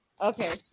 Okay